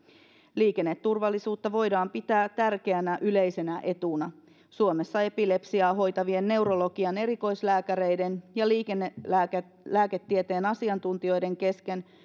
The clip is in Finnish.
liikenneturvallisuutta voidaan pitää tärkeänä yleisenä etuna suomessa epilepsiaa hoitavien neurologian erikoislääkäreiden ja liikennelääketieteen asiantuntijoiden kesken